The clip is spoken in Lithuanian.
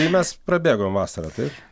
tai mes prabėgom vasarą taip